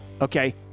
Okay